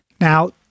now